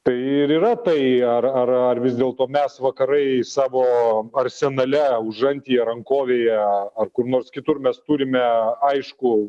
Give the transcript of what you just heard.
tai ir yra tai ar ar ar vis dėlto mes vakarai savo arsenale užantyje rankovėje ar kur nors kitur mes turime aiškų